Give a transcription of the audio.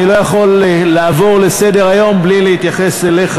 אני לא יכול לעבור לסדר-היום בלי להתייחס אליך,